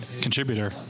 contributor